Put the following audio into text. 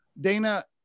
dana